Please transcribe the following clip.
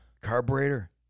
carburetor